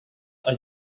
are